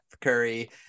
Curry